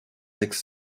sex